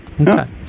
Okay